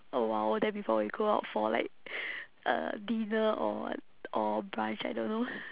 a while then before we go out for like uh dinner or what or brunch I don't know